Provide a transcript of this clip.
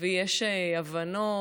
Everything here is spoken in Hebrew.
ויש הבנות,